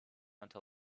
until